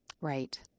Right